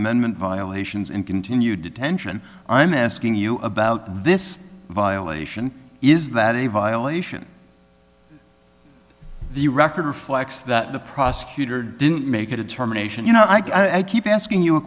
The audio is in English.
amendment violations and continued detention i'm asking you about this violation is that a violation the record reflects that the prosecutor didn't make a determination you know i keep asking you a